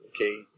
okay